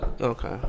Okay